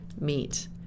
meet